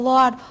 Lord